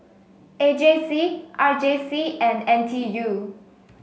A J C R J C and N T U